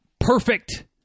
perfect